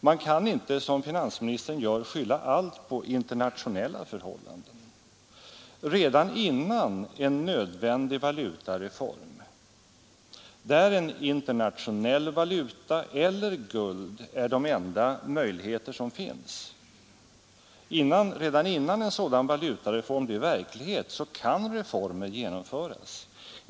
Man kan inte, som finansministern gör, skylla allt på internationella förhållanden. Redan innan en nödvändig valutareform — där en internationell valuta eller guld är det enda tänkbara — blir verklighet kan reformer genomföras.